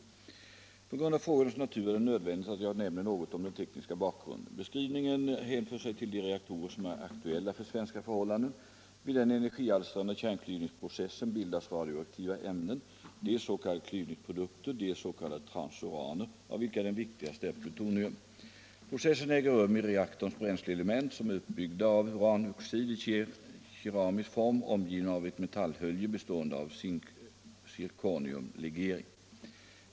På grund av frågornas natur är det nödvändigt att jag nämner något om den tekniska bakgrunden. Beskrivningen hänför sig till de reaktorer som är aktuella för svenska förhållanden. Vid den energialstrande kärn klyvningsprocessen bildas radioaktiva ämnen, dels s.k. klyvningsprodukter, dels s.k. transuraner av vilka den viktigaste är plutonium. Processen äger rum i reaktorns bränsleelement som är uppbyggda av uranoxid i keramisk form omgivna av ett metallhölje bestående av en zirkoniumlegering.